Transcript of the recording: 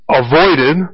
avoided